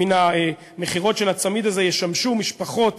מן המכירות של הצמיד הזה ישמשו משפחות